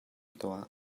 tuah